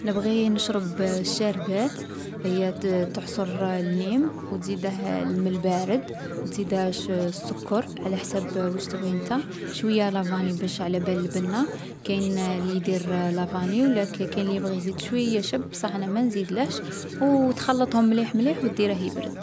نبغي نشرب الشاربات هي تـ تعصر الليم و تزيده الما البارد. تزيده شـ السكر على حساب واش تبغي انت. شوية لافاني باش علابال البنة. كاين لي يدير لافاني و لا كـ كاين لي يبغي يزيد شوية شب بصح أنا ما نزيدلهش. او تخلّطهم مليح مليح و ديره يبرد.